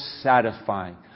satisfying